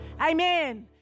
Amen